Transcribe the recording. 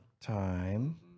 time